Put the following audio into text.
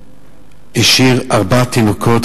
השאיר ארבעה תינוקות.